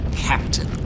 Captain